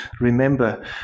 remember